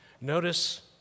notice